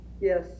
Yes